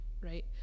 right